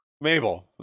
Mabel